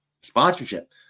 sponsorship